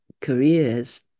careers